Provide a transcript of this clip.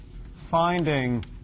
finding